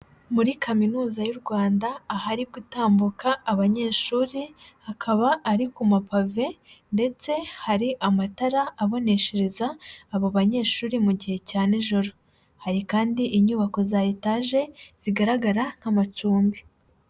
Muri kaminuza y'u Rwanda, ahari gutambuka abanyeshuri, hakaba ari ku mapave ndetse hari amatara aboneshereza abo banyeshuri mu gihe cya n'ijoro. Hari kandi inyubako za etaje, zigaragara nk'amacumbi.